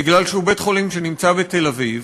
מכיוון שהוא בית-חולים שנמצא בתל-אביב,